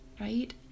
right